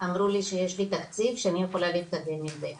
אמרו לי שיש לי תקציב ואני יכולה להתקדם עם זה,